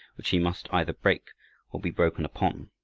which he must either break or be broken upon.